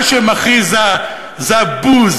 מה שמכעיס זה הבוז,